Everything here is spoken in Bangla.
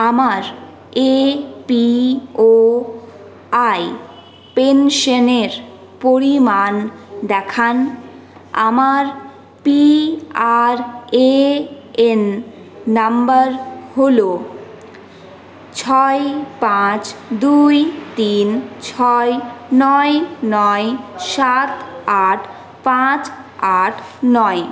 আমার এপিওয়াই পেনশনের পরিমাণ দেখান আমার পিআরএএন নাম্বার হল ছয় পাঁচ দুই তিন ছয় নয় নয় সাত আট পাঁচ আট নয়